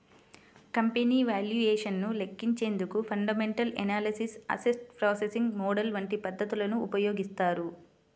company valuation ను లెక్కించేందుకు fundamental analysis, asset pricing model వంటి పద్ధతులను ఉపయోగిస్తారు